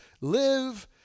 live